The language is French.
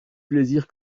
plaisir